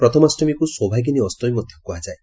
ପ୍ରଥମାଷ୍ଟମୀକୁ ସୌଭାଗିନୀ ଅଷ୍ଟମୀ ମଧ୍ଧ କୁହାଯାଏ